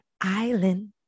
Island